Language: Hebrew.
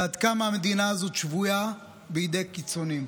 זה עד כמה המדינה הזאת שבויה בידיי קיצוניים.